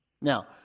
Now